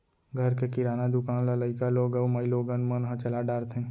घर के किराना दुकान ल लइका लोग अउ माइलोगन मन ह चला डारथें